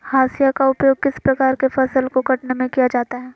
हाशिया का उपयोग किस प्रकार के फसल को कटने में किया जाता है?